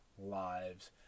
lives